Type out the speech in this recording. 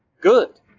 good